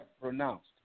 pronounced